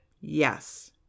Yes